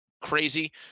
crazy